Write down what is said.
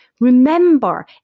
Remember